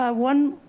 ah one,